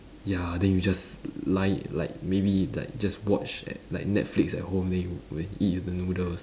ya then you just like like maybe like just watch eh like netflix at home then you go and eat with the noodles